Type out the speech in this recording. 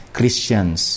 Christians